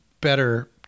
better